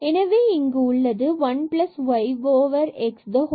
எனவே இங்கு உள்ளது 1 y x whole cube மற்றும் 1 minus y x